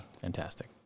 Fantastic